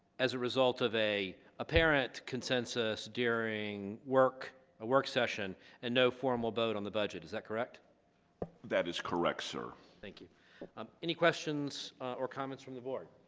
as a result of a apparent consensus during work a work session and no formal vote on the budget is that correct that is correct sir thank you um any questions or comments from the board